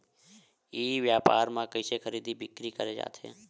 ई व्यापार म कइसे खरीदी बिक्री करे जाथे?